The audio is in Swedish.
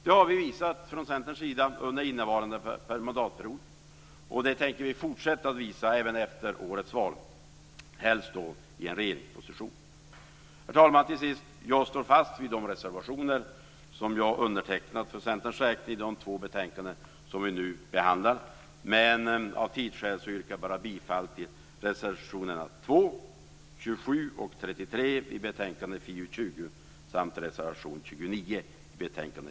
Det har vi från Centerns sida visat under innevarande mandatperiod, och det tänker vi fortsätta att visa även efter årets val, helst i en regeringsposition. Herr talman! Jag står fast vid de reservationer som jag undertecknat för Centerns räkning i de två betänkanden som vi nu behandlar, men av tidsskäl yrkar jag bifall endast till reservationerna 2, 27 och 33 i betänkande FiU20 samt reservation 29 i betänkande